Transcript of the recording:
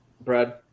Brad